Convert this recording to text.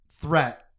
threat